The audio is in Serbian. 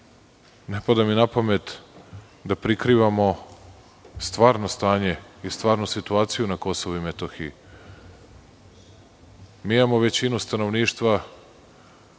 ne pada mi na pamet da prikrivamo stvarno stanje i stvarnu situaciju na Kosovu i Metohiji. Mi imamo većinu stanovništva